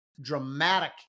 dramatic